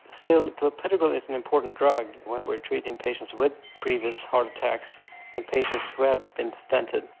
still clopidogrel is an important drug when when treating patients with previous heart attacks and patients who have been stented.